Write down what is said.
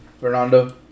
fernando